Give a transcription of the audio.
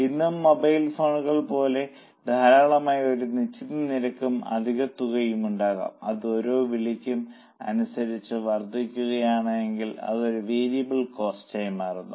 ഇന്നും മൊബൈൽ ഫോണുകൾക്ക് പോലും സാധാരണയായി ഒരു നിശ്ചിത നിരക്കും അധിക തുകയും ഉണ്ടാകാം അത് ഓരോ വിളിക്കും അനുസരിച്ച് വർദ്ധിക്കുകയാണെങ്കിൽ അത് ഒരു വേരിയബിൾ കോസ്റ്റായി മാറുന്നു